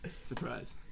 Surprise